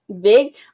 big